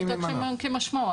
פשוטו כמשמעו.